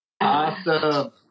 Awesome